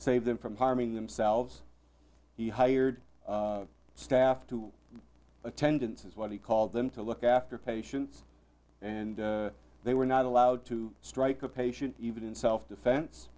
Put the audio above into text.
save them from harming themselves he hired staff to attendants as what he called them to look after patients and they were not allowed to strike a patient even in self defense